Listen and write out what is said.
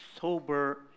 sober